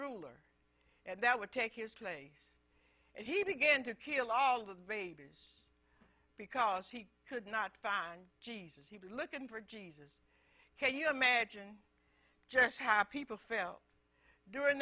ruler and that would take his place and he began to kill all the weber's because he could not find jesus he was looking for a job can you imagine just how people fail during